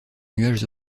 nuages